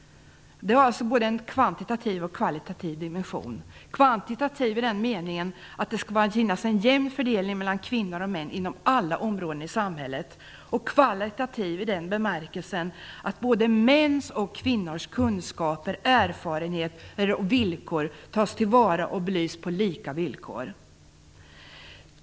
Det finns alltså både en kvantitativ och en kvalitativ dimension, kvantitativ i den meningen att det skall finnas en jämn fördelning mellan kvinnor och män inom alla områden i samhället och kvalitativ i den bemärkelsen att både mäns och kvinnors kunskaper och erfarenheter tas till vara och belyses på lika villkor.